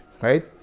right